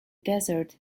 desert